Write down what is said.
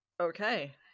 Okay